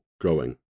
growing